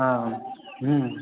हँ हूँ